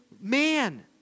man